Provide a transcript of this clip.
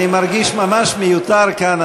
אני מרגיש ממש מיותר כאן,